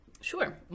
Sure